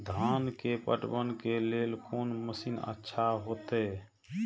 धान के पटवन के लेल कोन मशीन अच्छा होते?